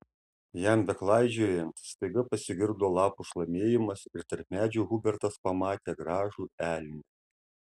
jam beklaidžiojant staiga pasigirdo lapų šlamėjimas ir tarp medžių hubertas pamatė gražų elnią